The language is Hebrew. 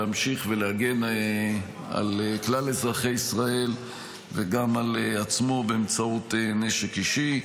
להמשיך להגן על כלל אזרחי ישראל וגם על עצמו באמצעות נשק אישי.